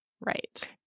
Right